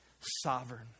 sovereign